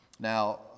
Now